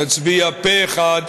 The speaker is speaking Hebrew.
נצביע פה-אחד,